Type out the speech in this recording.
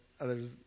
others